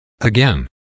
Again